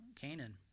Canaan